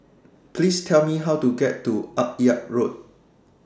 Please Tell Me How to get to Akyab Road